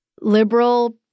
liberal